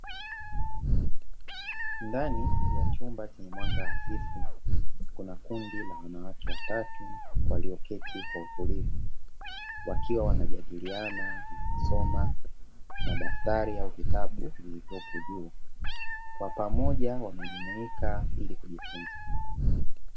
Ndani ya chumba chenye mwanga hafifu, kuna kundi la wanawake watatu walioketi kwa utulivu wakiwa wanajadiliana na kusoma madaftari au vitabu vilivyopo juu ya meza Kwa pamoja wamejumuika ili kujifunza.